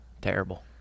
terrible